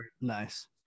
Nice